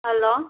hello